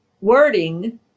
wording